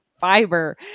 fiber